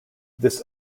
this